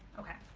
ok.